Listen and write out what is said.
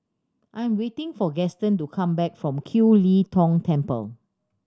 I'm waiting for Gaston to come back from Kiew Lee Tong Temple